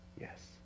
yes